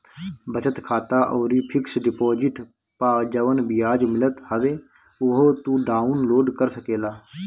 बचत खाता अउरी फिक्स डिपोजिट पअ जवन बियाज मिलत हवे उहो तू डाउन लोड कर सकेला